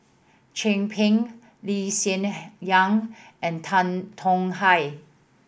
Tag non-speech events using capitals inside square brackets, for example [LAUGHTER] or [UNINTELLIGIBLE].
Chin Peng Lee Hsien [UNINTELLIGIBLE] Yang and Tan Tong Hye